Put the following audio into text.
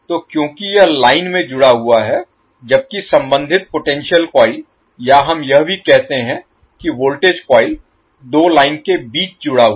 तो क्योंकि यह लाइन में जुड़ा हुआ है जबकि संबंधित पोटेंशियल कॉइल या हम यह भी कहते हैं कि वोल्टेज कॉइल दो लाइन के बीच जुड़ा हुआ है